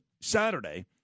Saturday